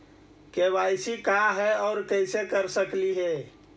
KYC का है, और कैसे कर सकली हे?